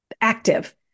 active